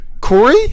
Corey